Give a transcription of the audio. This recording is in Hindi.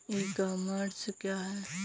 ई कॉमर्स क्या है?